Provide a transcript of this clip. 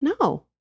No